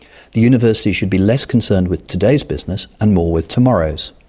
the university should be less concerned with today's business and more with tomorrow's.